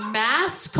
mask